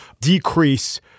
decrease